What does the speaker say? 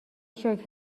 شکر